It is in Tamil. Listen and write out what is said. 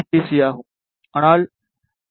சி ஆகும் ஆனால் ஏ